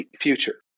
future